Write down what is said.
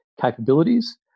capabilities